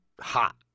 hot